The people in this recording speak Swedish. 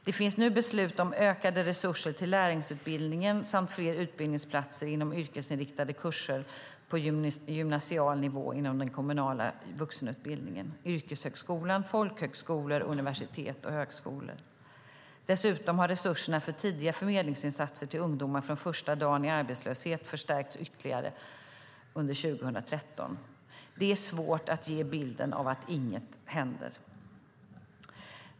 Det finns nu beslut om ökade resurser till lärlingsutbildningen samt fler utbildningsplatser inom yrkesinriktade kurser på gymnasial nivå inom den kommunala vuxenutbildningen, yrkeshögskolan, folkhögskolor, universitet och högskolor. Dessutom har resurserna för tidiga förmedlingsinsatser till ungdomar från första dagen i arbetslöshet förstärkts ytterligare under 2013. Det är svårt att ge bilden av att inget händer.